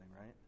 right